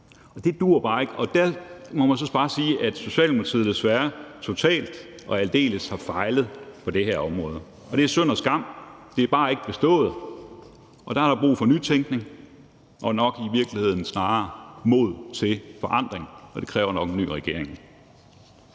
Det duer bare ikke. Der må man så bare sige, at Socialdemokratiet desværre totalt og aldeles har fejlet på det her område. Det er synd og skam, det er bare ikke bestået, og der er brug for nytænkning og nok i virkeligheden også mod til forandring, og det kræver nok en ny regering.